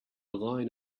line